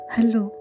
Hello